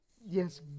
Yes